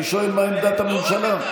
אני שואל מה עמדת הממשלה.